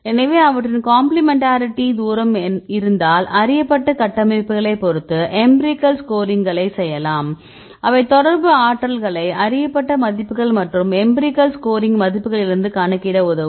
எனவே அவற்றின் கம்பிளிமெண்டாரிடி தூரம் இருந்தால் அறியப்பட்ட கட்டமைப்புகளைப் பொறுத்து எம்பிரிகல் ஸ்கோரிங்குகளை செய்யலாம் அவை தொடர்பு ஆற்றல்களை அறியப்பட்ட மதிப்புகள் மற்றும் எம்பிரிகல் ஸ்கோரிங் மதிப்புகளிலிருந்து கணக்கிட உதவும்